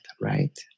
right